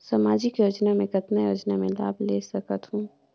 समाजिक योजना मे कतना योजना मे लाभ ले सकत हूं?